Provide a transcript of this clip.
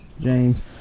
James